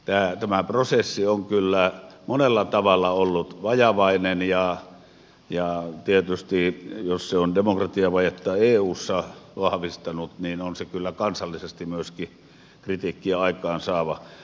tämä prosessi on kyllä monella tavalla ollut vajavainen ja tietysti jos se on demokratiavajetta eussa vahvistanut niin on se kyllä kansallisesti myöskin kritiikkiä aikaansaava